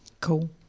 Cool